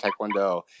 Taekwondo